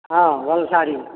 ହଁ ଭଲ ଶାଢ଼ୀ